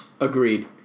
Agreed